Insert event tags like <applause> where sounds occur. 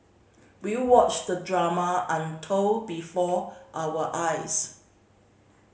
we watched the drama <unintelligible> before our eyes